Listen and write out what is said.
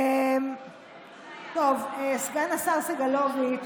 טוב, סגן השר סגלוביץ',